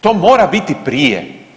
To mora biti prije.